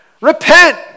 repent